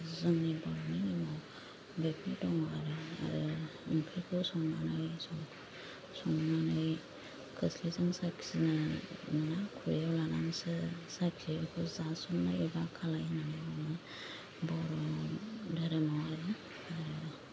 जोंनि बर'नि नेमाव बेफोर दङ आरो ओंख्रिखौ संनानै संनानै खोर्स्लिजों साखिनो मोना खुरैआव लानानैसो साखियो बेखौ जासननाय एबा खालाय होननानै बुङो बर'नि धोरोमाव आरो